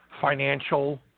financial